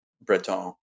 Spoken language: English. Breton